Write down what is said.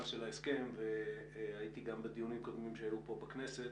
ההסכם והייתי גם בדיונים קודמים שהיו פה בכנסת,